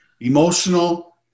emotional